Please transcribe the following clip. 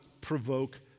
provoke